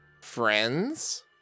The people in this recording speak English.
Friends